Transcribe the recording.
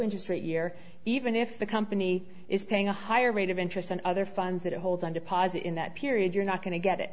interest rate year even if the company is paying a higher rate of interest and other funds that hold on deposit in that period you're not going to get it